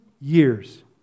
years